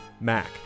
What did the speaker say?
Mac